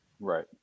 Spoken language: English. Right